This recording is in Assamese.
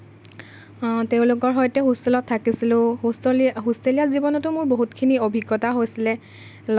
তেওঁলোকৰ সৈতে হোষ্টেলত থাকিছিলোঁ হোষ্টলীয়া হোষ্টেলীয়া জীৱনতো মোৰ বহুতখিনি অভিজ্ঞতা হৈছিলে